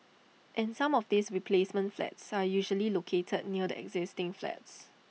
and some of these replacement flats are usually located near the existing flats